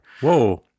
Whoa